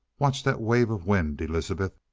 watch that wave of wind, elizabeth.